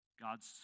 God's